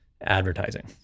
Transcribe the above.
advertising